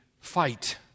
fight